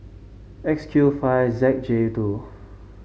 X Q five Z J two